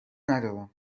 ندارم